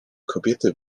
kobiety